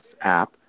app